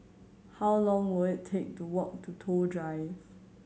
how long will it take to walk to Toh Drive